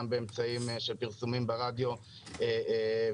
גם באמצעים של פרסומים ברדיו וכדומה.